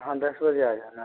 हाँ दस बजे आ जाना आप